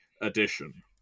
edition